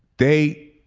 they